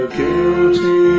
guilty